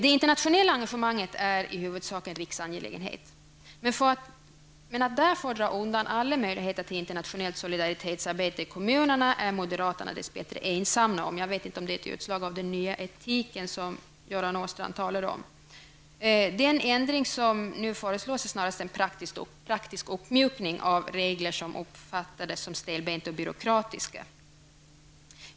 Det internationella engagemanget är i huvudsak en riksangelägenhet. Men att man därför skall dra undan alla möjligheter till internationellt solidaritetsarbete i kommunerna är moderaterna dess bättre ensamma om att vilja. Jag vet inte om det är ett utslag av den nya etik som Göran Åstrand talade om. Den ändring som nu föreslås är snarast en praktisk uppmjukning av regler som uppfattades som stelbenta och byråkratiska.